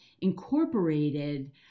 incorporated